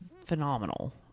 Phenomenal